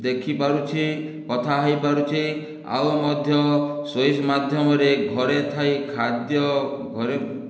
ଦେଖିପାରୁଛି କଥା ହୋଇପାରୁଛି ଆଉ ମଧ୍ୟ ସୁଇଜ ମାଧ୍ୟମରେ ଘରେ ଥାଇ ଖାଦ୍ୟ ଘରେ